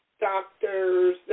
doctors